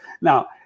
Now